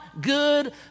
good